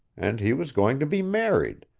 and he was going to be married,